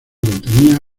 contenía